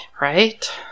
Right